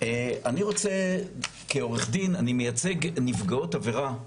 אני כעורך דין שמייצג נפגעות עבירה,